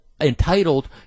entitled